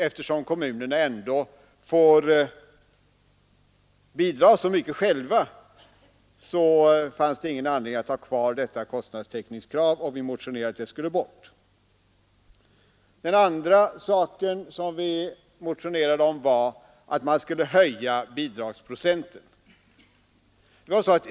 Eftersom kommunerna ändå får bidra med så mycket själva, finns det inte någon anledning att ha kvar detta kostnadstäckningskrav, och vi motionerade om att det skulle bort. Det andra vi motionerade om var att man skulle höja bidragsprocenten.